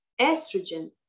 estrogen